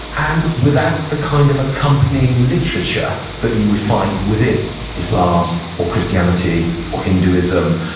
and without the kind of accompanying literature that you would find within islam or christianity or hinduism.